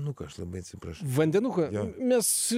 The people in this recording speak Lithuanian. nu ką aš labai atsiprašau vandenuko mes